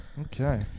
Okay